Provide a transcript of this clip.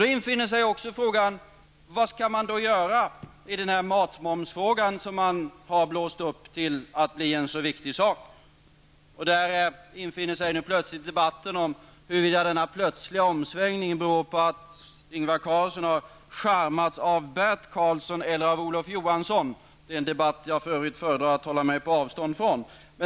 Då uppkommer frågan vad man skall göra med matmomsen som man har blåst upp till att bli så viktig. Upp kommer en debatt om huruvida denna plötsliga omsvängning beror på att Ingvar Carlsson har charmats av Bert Karlsson eller Olof Johansson i en debatt som jag för övrigt föredrar att hålla mig på avstånd ifrån.